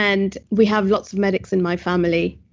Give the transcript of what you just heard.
and we have lots of medics in my family.